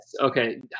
okay